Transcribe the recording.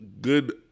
good